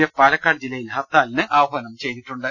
F Palakkad ജില്ലയിൽ ഹർത്തലിനും ആഹാനം ചെയ്തിട്ടുണ്ട്